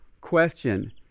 Question